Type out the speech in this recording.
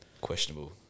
questionable